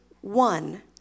one